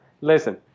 Listen